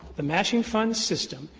the matching funds system,